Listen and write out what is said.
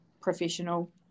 professional